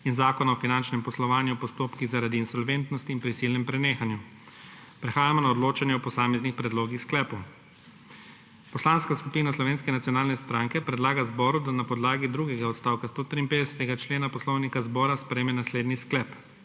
in Zakona o finančnem poslovanju v postopkih zaradi insolventnosti in prisilnem prenehanju. Prehajamo na odločanje o posameznih predlogih sklepov. Poslanska skupina Slovenske nacionalne stranke predlaga zboru, da na podlagi drugega odstavka 153. člena Poslovnika Državnega zbora sprejme naslednji sklep: